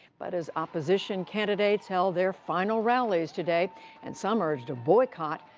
but as opposition candidates held their final rallies today and some urged a boycott,